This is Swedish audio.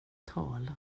tala